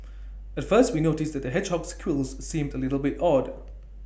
at first we noticed that the hedgehog's quills seemed A little bit odd